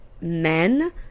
men